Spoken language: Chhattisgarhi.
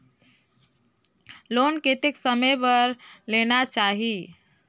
लोन कतेक समय बर लेना चाही?